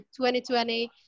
2020